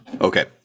Okay